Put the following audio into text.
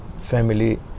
family